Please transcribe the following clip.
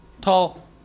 Tall